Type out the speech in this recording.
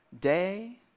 day